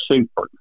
super